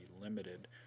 limited